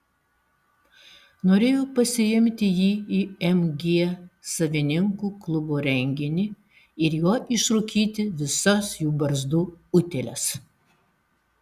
norėjau pasiimti jį į mg savininkų klubo renginį ir juo išrūkyti visas jų barzdų utėles